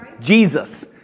Jesus